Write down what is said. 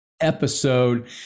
episode